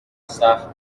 سخت